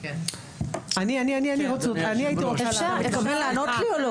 אני הייתי רוצה לענות לך.